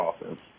offense